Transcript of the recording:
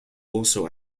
also